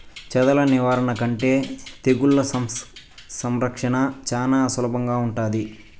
చెదల నివారణ కంటే తెగుళ్ల సంరక్షణ చానా సులభంగా ఉంటాది